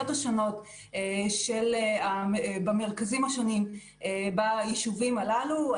השונות במרכזים השונים ביישובים הללו.